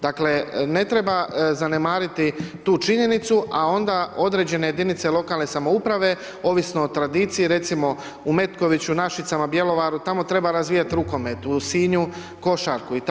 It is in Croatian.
Dakle ne treba zanemariti tu činjenicu a onda određene jedinice lokalne samouprave ovisno o tradiciji recimo u Metkoviću, Našicama, Bjelovaru, tamo treba razvijat rukomet, u Sinju košarku itd.